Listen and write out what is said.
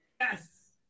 Yes